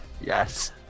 Yes